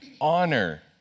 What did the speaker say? honor